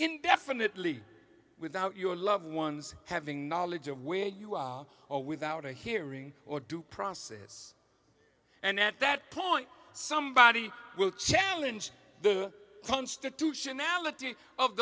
indefinitely without your loved ones having knowledge of where you are or without a hearing or due process and at that point somebody will challenge the constitutionality of